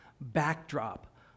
backdrop